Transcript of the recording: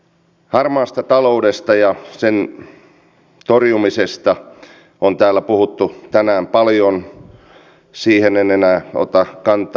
harmaasta taloudesta ja sen torjumisesta on täällä puhuttu tänään paljon siihen en enää ota kantaa